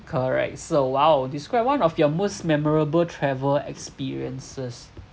correct so !wow! describe one of your most memorable travel experiences